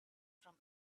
from